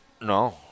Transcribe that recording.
no